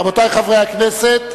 רבותי חברי הכנסת,